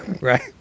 right